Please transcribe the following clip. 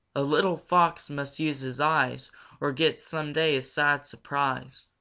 a little fox must use his eyes or get someday a sad surprise.